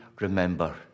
remember